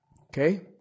Okay